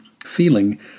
Feeling